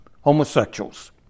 homosexuals